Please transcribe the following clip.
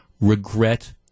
regret